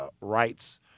rights